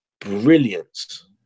brilliance